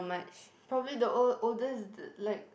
probably the old oldest the like